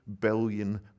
billion